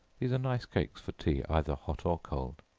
these are nice cakes for tea either hot or cold.